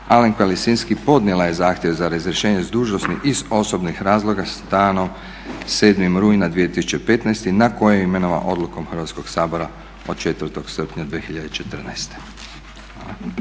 Alemka Lisinski podnijela je zahtjev za razrješenjem s dužnosti iz osobnih razloga s danom 7. rujna 2015. na koje je imenovana odlukom Hrvatskog sabora od 4. srpnja 2014.